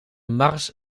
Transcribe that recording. mars